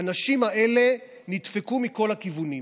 האנשים האלה נדפקו מכל הכיוונים.